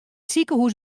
sikehús